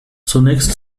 zunächst